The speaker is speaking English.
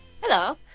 Hello